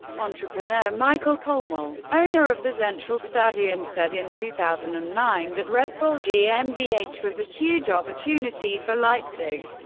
entrepreneur michael kolmel, owner of the zentralstadion, said in two thousand and nine that red bull gmbh was a huge opportunity for leipzig.